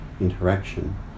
interaction